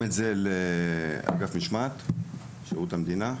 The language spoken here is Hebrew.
את זה לאגף משמעת בשירות המדינה.